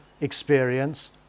experience